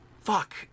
fuck